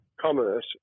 commerce